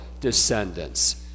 descendants